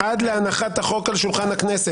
עד להנחת החוק על שולחן הכנסת".